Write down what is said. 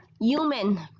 human